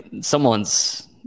someone's